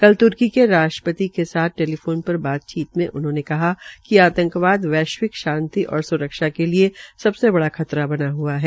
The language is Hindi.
कल तुर्की के राष्ट्रपति के साथ टेलीफोन पर बातचीत में उन्होंने कहा कि आतंकवाद वैश्विक शांति और स्रक्षा के लिये सबसे बड़ा खतरा बना हआ है